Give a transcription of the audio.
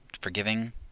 forgiving